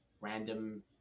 random